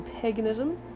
paganism